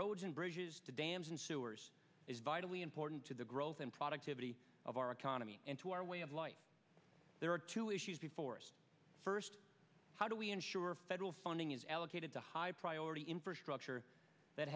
roads and bridges to dams and sewers is vitally important to the growth and productivity of our economy and to our way of life there are two issues before us first how do we ensure federal funding is allocated to high priority infrastructure that